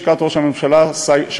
לשכת ראש הממשלה דאז,